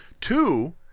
Two